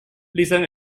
listen